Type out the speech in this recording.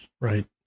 Right